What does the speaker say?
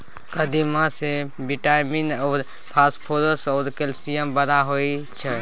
कदीमा मे vitamin A, phosphorus आ कैल्शियम बड़ होइ छै